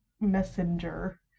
messenger